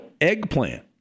eggplant